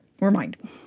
Remind